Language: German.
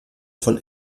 von